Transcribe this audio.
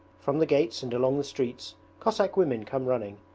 from the gates and along the streets cossack women come running,